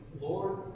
Lord